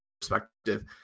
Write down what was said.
perspective